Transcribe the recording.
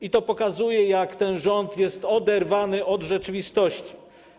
I to pokazuje, jak ten rząd jest oderwany od rzeczywistości.